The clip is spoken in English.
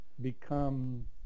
become